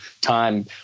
time